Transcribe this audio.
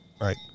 Right